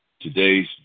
Today's